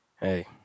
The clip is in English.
Hey